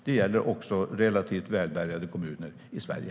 Det gäller också relativt välbärgade kommuner i Sverige.